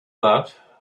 that